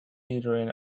entering